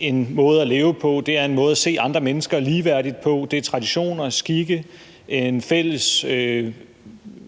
en måde at leve på, det er en måde at se andre mennesker ligeværdigt på. Det er traditioner, skikke, en fælles